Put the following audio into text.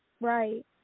Right